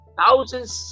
thousands